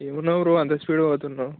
ఏమున్నావు bro అంత speed పోతున్నావు